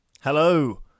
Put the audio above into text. Hello